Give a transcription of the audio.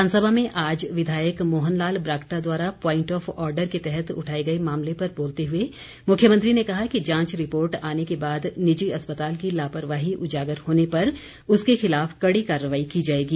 विधानसभा में आज विधायक मोहन लाल ब्राक्टा द्वारा प्वाइंट ऑफ आर्डर के तहत उठाए गए मामले पर बोलते हए मुख्यमंत्री ने कहा कि जांच रिपोर्ट आने के बाद निजी अस्पताल की लापरवाही उजागर होने पर उसके खिलाफ कड़ी कार्रवाई की जाएगी